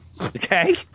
Okay